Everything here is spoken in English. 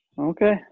Okay